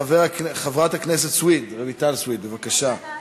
חברת הכנסת רויטל סויד, בבקשה.